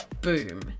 Boom